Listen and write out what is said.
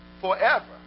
forever